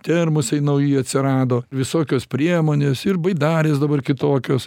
termosai nauji atsirado visokios priemonės ir baidarės dabar kitokios